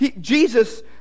Jesus